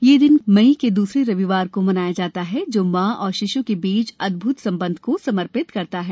यह दिन मई के द्रसरे रविवार को मनाया जाता है जो मां और शिश् के बीच अद्भुत संबंध को समर्पित है